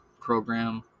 Program